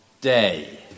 day